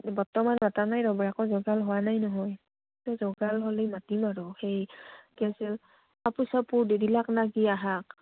বৰ্তমান মাতা নাই ৰ'ব একো যোগাৰ হোৱা নাই নহয় যোগাৰ হ'লে মাতিম আৰু সেই কি আছিল কাপোৰ চাপোৰ দি দিলাক নাকি আহাক